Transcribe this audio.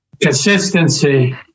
consistency